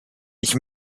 ich